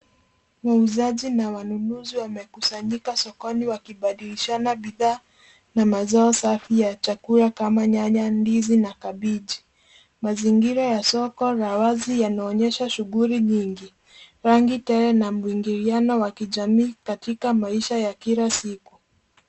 Muuzaji na wanunuzi wamekusanyika sokoni wakibadilishana bidhaa na mazao safi ya chakula kama nyanya ndizi na kabeji. Mazingira ya soko la wazi yanaonyesha shuguli nyingi, rangi tele na mwingiliano wa kijamii katika maisha ya kila siku.